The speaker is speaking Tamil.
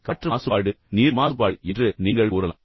எனவே காற்று மாசுபாடு நீர் மாசுபாடு என்று நீங்கள் கூறலாம்